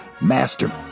master